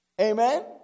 Amen